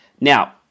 now